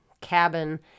cabin